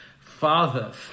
Father